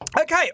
Okay